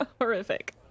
Horrific